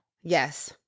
Yes